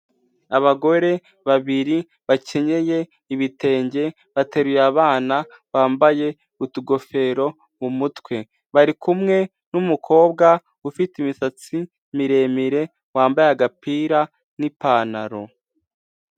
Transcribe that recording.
Abagore babiri bakenyeye ibitenge, bateruye abana bambaye utugofero mu mutwe, bari kumwe n'umukobwa ufite imisatsi miremire, wambaye agapira n'ipantaro.